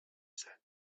said